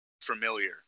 familiar